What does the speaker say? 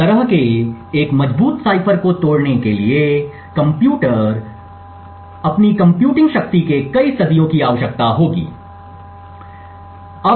इस तरह के एक मजबूत साइफर को तोड़ने के लिए कंप्यूटिंग शक्ति के कई सदियों की आवश्यकता होगी कंप्यूटिंग शक्ति की मात्रा है जो इन दिनों वास्तव में इस तरह के एक साइफर को तोड़ने के लिए उपलब्ध है